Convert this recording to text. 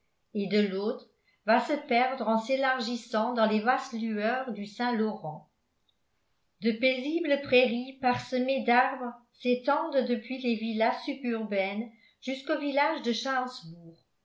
et de l'autre va se perdre en s'élargissant dans les vastes lueurs du saint-laurent de paisibles prairies parsemées d'arbres s'étendent depuis les villas suburbaines jusqu'au village de charlesbourg